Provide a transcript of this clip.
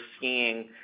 seeing